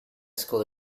school